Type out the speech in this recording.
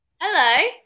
Hello